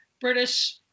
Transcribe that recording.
British